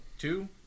Two